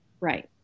Right